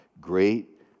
great